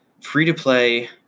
free-to-play